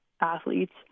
athletes